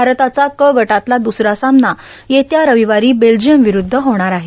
भारताचा कगटातला दुसरा सामना येत्या र्राववारां बेल्जियर्मावरुद्ध होणार आहे